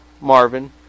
Marvin